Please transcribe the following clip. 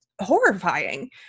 horrifying